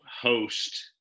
host